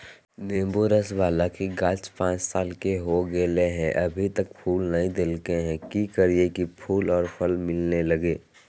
नेंबू रस बाला के गाछ पांच साल के हो गेलै हैं अभी तक फूल नय देलके है, की करियय की फूल और फल मिलना लगे?